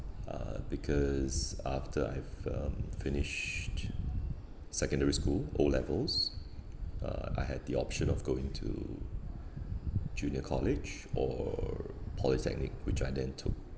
uh because after I've um finished secondary school O levels uh I had the option of going to junior college or polytechnic which I then took